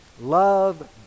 Love